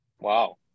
Wow